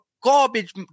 garbage